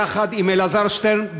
יחד עם אלעזר שטרן,